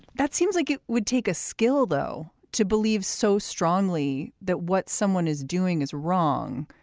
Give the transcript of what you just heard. that seems like it would take a skill, though, to believe so strongly that what someone is doing is wrong,